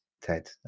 Ted